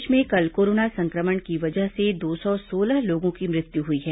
प्रदेश में कल कोरोना संक्रमण की वजह से दो सौ सोलह लोगों की मृत्यु हुई है